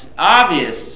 obvious